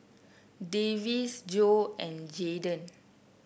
Davis Jo and Jadon